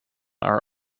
are